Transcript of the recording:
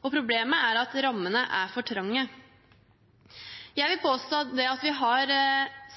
Problemet er at rammene er for trange. Jeg vil påstå at vi har